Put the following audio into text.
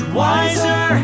wiser